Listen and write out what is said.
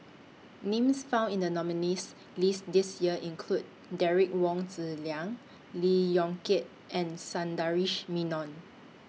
Names found in The nominees' list This Year include Derek Wong Zi Liang Lee Yong Kiat and Sundaresh Menon